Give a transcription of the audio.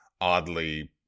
oddly